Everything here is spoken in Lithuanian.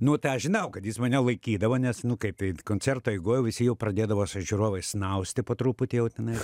nu tai aš žinau kad jis mane laikydavo nes nu kaip tai koncerto eigoj visi jau pradėdavos žiūrovai snausti po truputį jau tenais